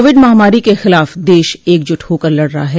Covid महामारी के खिलाफ देश एकजुट होकर लड़ रहा है